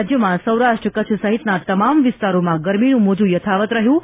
રાજ્યમાં સૌરાષ્ટ્ર કચ્છ સહિતના તમામ વિસ્તારોમાં ગરમીનું મોજું યથાવત રહ્યું છે